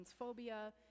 transphobia